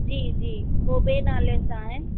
जी जी उहो ॿिए नाले सां आहे